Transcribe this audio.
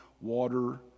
water